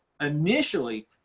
initially